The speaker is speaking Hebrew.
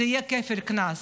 זה יהיה כפל קנס.